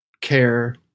care